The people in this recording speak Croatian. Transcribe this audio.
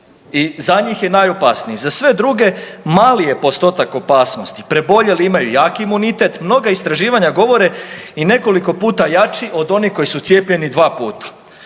za njih je najopasniji, za sve druge mali je postotak opasnosti. Preboljeli imaju jak imunitet, mnoga istraživanja govore i nekoliko puta jači od onih koji su cijepljeni dva puta.